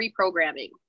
reprogramming